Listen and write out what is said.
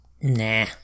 nah